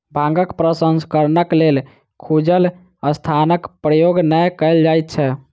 भांगक प्रसंस्करणक लेल खुजल स्थानक उपयोग नै कयल जाइत छै